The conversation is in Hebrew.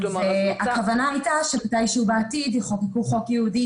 הכוונה הייתה שמתי שהוא בעתיד יחוקקו חוק ייעודי